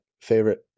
favorite